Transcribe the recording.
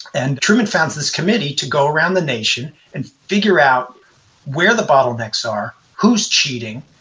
and truman founds this committee to go around the nation and figure out where the bottlenecks are, who's cheating,